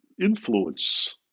influence